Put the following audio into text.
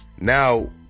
Now